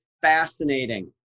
fascinating